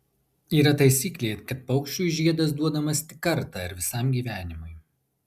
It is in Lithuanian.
yra taisyklė kad paukščiui žiedas duodamas tik kartą ir visam gyvenimui